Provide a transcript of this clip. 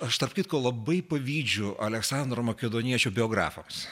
aš tarp kitko labai pavydžiu aleksandro makedoniečio biografams